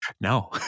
No